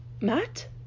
Matt